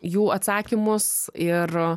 jų atsakymus ir